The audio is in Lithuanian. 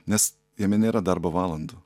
nes jame nėra darbo valandų